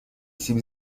سیب